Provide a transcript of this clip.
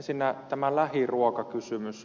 ensinnä tämä lähiruokakysymys